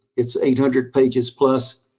it's eight hundred pages plus.